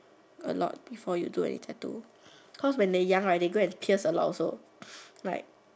a lot before you do any tattoo cause when they young right they go and pierce a lot like